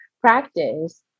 Practice